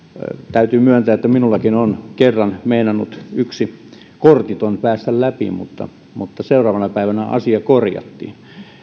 täytyy myöntää että minullakin on kerran meinannut yksi kortiton päästä läpi mutta mutta seuraavana päivänä asia korjattiin